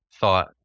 thought